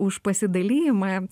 už pasidalijimą